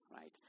Right